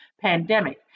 pandemic